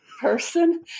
person